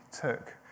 took